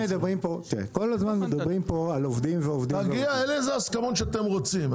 כל הזמן מדברים פה על עובדים -- תגיעו לאיזה הסכמות שאתם רוצים.